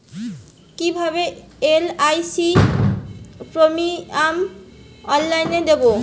কিভাবে LIC premium অনলাইনে দেবো?